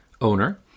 owner